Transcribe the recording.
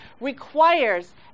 requires